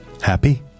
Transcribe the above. Happy